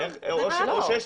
או שיש